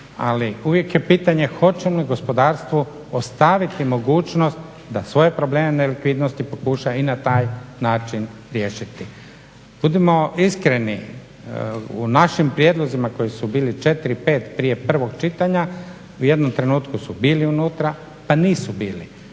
Ali uvijek je pitanje hoće li gospodarstvo ostaviti mogućnost da svoje probleme nelikvidnosti pokuša i na taj način riješiti. Budimo iskreni, u našim prijedlozima koji su bili 4,5 prije prvog čitanja, u jednom trenutku su bili unutra, a nisu bili.